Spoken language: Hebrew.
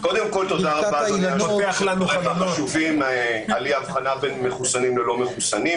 על הדברים החשובים על אי-האבחנה בין מחוסנים ללא מחוסנים,